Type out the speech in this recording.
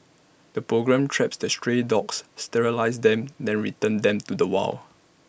the programme traps the stray dogs sterilises them then returns them to the wild